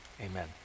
amen